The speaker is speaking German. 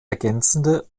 ergänzende